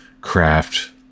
craft